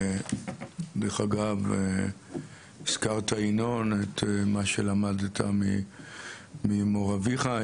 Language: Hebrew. דרך אגב, הזכרת, ינון, את מה שלמדת מאביך.